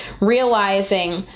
realizing